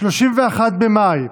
לא תם, לא תם.